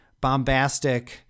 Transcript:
bombastic